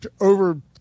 over